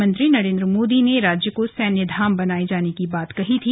प्रधानमंत्री नरेंद्र मोदी ने राज्य को सैन्यधाम बनाए जाने की बात कही थी